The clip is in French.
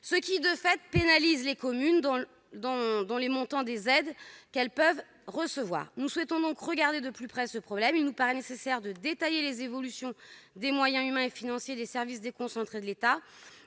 ce qui, de fait, pénalise les communes en termes de montant des aides qu'elles peuvent recevoir. Nous souhaitons regarder ce problème de plus près. Il nous paraît nécessaire de détailler les évolutions des moyens humains et financiers des services déconcentrés de l'État,